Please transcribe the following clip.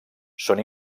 són